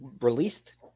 released